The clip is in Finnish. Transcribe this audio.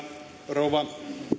rouva